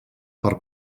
per